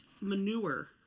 manure